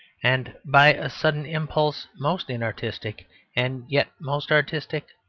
and by a sudden impulse most inartistic and yet most artistic,